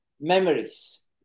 memories